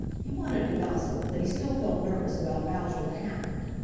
he wanted to gossip, but he still felt nervous about bowser the hound.